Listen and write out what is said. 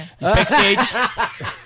backstage